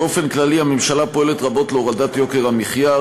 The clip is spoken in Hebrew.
באופן כללי, הממשלה פועלת רבות להורדת יוקר המחיה.